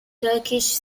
turkish